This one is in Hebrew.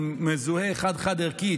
הוא מזוהה חד-חד-ערכית,